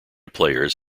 players